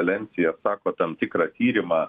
ekselencija sako tam tikrą tyrimą